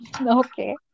okay